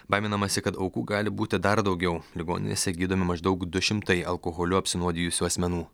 baiminamasi kad aukų gali būti dar daugiau ligoninėse gydomi maždaug du šimtai alkoholiu apsinuodijusių asmenų